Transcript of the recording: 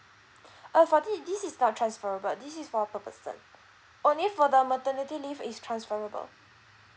uh for this this is not transferable this is for per person only for the maternity leave is transferable